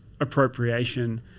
appropriation